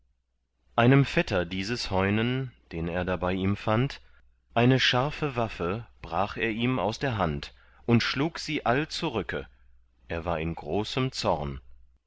einem vetter dieses heunen den er da bei ihm fand eine scharfe waffe brach er ihm aus der hand und schlug sie all zurücke er war in großem zorn